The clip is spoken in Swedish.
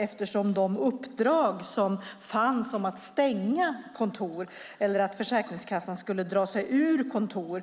Man har nu backat på de uppdrag som fanns om att stänga kontor eller att Försäkringskassan skulle dra sig ur kontor.